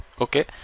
Okay